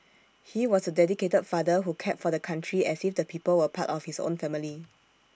he was A dedicated father who cared for the country as if the people were part of his own family